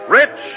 rich